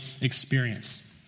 experience